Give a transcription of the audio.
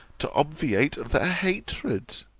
to obviate their hatred.